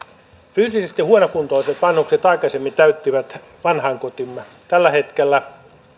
fyysisesti huonokuntoiset vanhukset aikaisemmin täyttivät vanhainkotimme tällä hetkellä